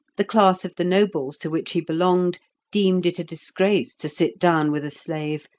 the class of the nobles to which he belonged deemed it a disgrace to sit down with a slave,